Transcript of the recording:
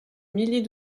milliers